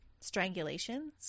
strangulation